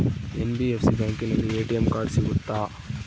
NBFC ಬ್ಯಾಂಕಿನಲ್ಲಿ ATM card ಸಿಗುತ್ತಾ?